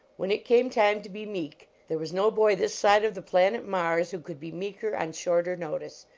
when it came time to be meek, there was no boy this side of the planet mars who could be meeker, on shorter notice.